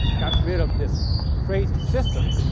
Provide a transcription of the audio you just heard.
got rid of this crazy system,